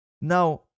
Now